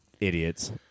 Idiots